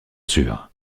sûr